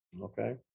okay